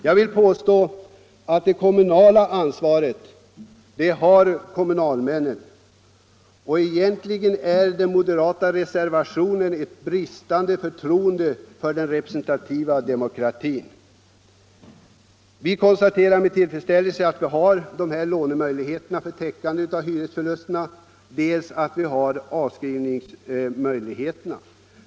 Jag vill påstå att kommunalmännen känner sitt ansvar, och därför är den moderata reservationen ett bevis på bristande förtroende för den representativa demokratin. Vi konstaterar med tillfredsställelse att det finns möjligheter till lån för täckande av hyresförlusterna och till avskrivning av dessa lån.